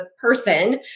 person